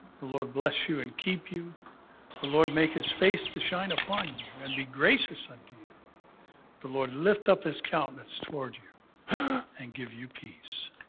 the lord bless you and keep you the lord make his face to shine upon you and be gracious unto you the lord lift up his countenance towards you and give you peace.